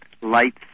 lights